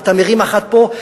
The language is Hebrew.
אתה מרים אחת פה,